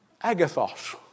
Agathos